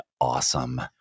awesome